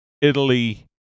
Italy